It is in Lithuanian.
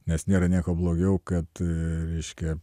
nes nėra nieko blogiau kad reiškia